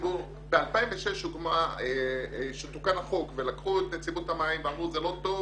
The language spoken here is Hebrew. בשנת 2006 תוקן החוק ולקחו את נציבות המים ואמרו שזה לא טוב